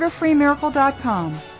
SugarFreeMiracle.com